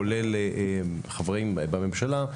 כולל חברים בממשלה.